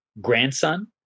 grandson